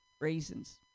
raisins